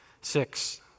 Six